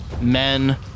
men